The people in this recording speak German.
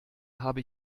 habe